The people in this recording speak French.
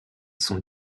sont